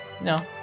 no